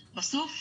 בסוף,